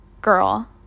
girl